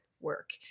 work